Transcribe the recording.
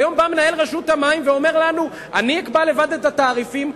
והיום בא מנהל רשות המים ואומר לנו: אני אקבע לבד את התעריפים,